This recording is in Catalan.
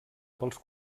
pels